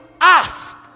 ask